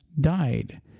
died